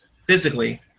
physically